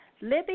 Libby